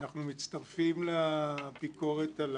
אנחנו מצטרפים לביקורת על